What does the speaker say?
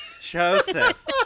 Joseph